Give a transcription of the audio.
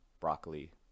broccoli